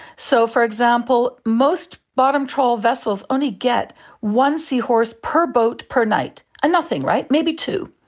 so, for example, most bottom trawl vessels only get one seahorse per boat per night, a nothing, right, maybe two.